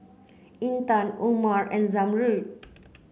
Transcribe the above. Intan Umar and Zamrud